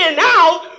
out